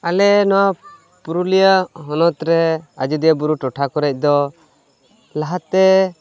ᱟᱞᱮ ᱱᱚᱣᱟ ᱯᱩᱨᱩᱞᱤᱭᱟ ᱦᱚᱱᱚᱛᱨᱮ ᱟᱡᱚᱫᱤᱭᱟᱹ ᱵᱩᱨᱩ ᱴᱚᱴᱷᱟ ᱠᱚᱨᱮ ᱫᱚ ᱞᱟᱦᱟᱛᱮ